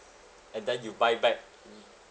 and then you buy back